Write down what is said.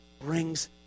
brings